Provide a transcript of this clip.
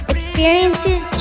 Experiences